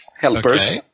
helpers